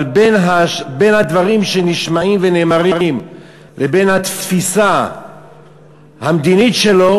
אבל בין הדברים שנשמעים ונאמרים לבין התפיסה המדינית שלו,